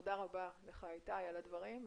תודה איתי על הדברים.